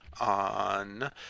on